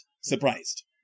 surprised